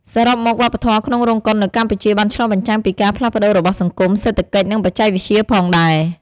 សរុបមក វប្បធម៌ក្នុងរោងកុននៅកម្ពុជាបានឆ្លុះបញ្ចាំងពីការផ្លាស់ប្ដូររបស់សង្គម សេដ្ឋកិច្ច និងបច្ចេកវិទ្យាផងដែរ ។